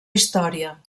història